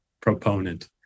proponent